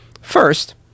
first